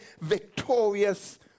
victorious